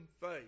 faith